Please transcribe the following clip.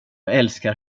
älskar